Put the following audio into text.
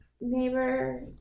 neighbor